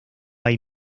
hay